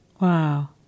Wow